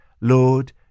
Lord